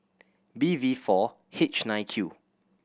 B V four H nine Q